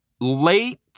late